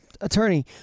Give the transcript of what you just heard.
attorney